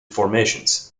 formations